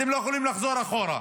אתם לא יכולים לחזור אחורה,